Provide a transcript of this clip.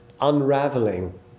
unraveling